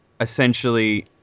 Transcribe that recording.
essentially